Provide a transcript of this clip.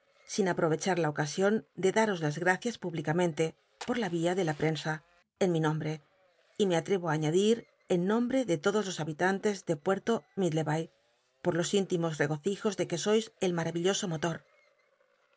sin aproyechar la ocasion de claros las g acias públicamente por la yia de la prensa en nfr'nombre y me atre o á añadi r en nombe de todos los habitantes de puerto liiddlebay po los íntimos rcgocijos de que sois el mara villoso motor